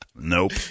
Nope